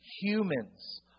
Humans